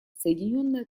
соединенное